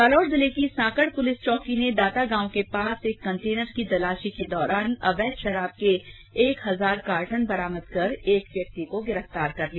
जालौर जिले की साकड पुलिस चौकी ने दाता गांव के पास एक कंटेनर की तलाशी के दौरान अवैध शराब के एक हजार कार्टन बरामद कर एक व्यक्ति को गिरफ्तार किया